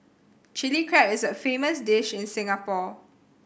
Chilli Crab is a famous dish in Singapore